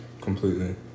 completely